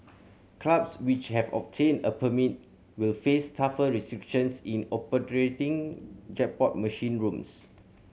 clubs which have obtained a permit will face tougher restrictions in operating jackpot machine rooms